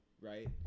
right